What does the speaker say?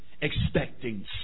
expecting